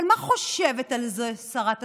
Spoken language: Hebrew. אבל מה חושבת על זה שרת התחבורה?